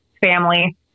family